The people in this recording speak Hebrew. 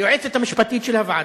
היועצת המשפטית של הוועדה,